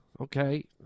Okay